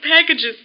packages